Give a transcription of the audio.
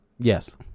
Yes